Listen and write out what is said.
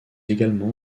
également